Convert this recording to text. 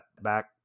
back